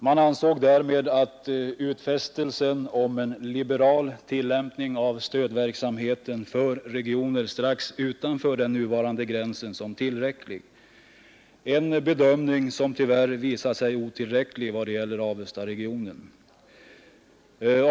Man ansåg därmed utfästelsen om en liberal tillämpning av stödverksamheten för regioner strax utanför den nuvarande gränsen som tillräcklig, en bedömning som tyvärr visat sig otillräcklig i vad det gäller Avesta-regionen.